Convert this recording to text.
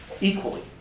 equally